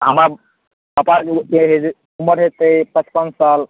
हमरा पप्पाके उमर हेतैक पचपन साल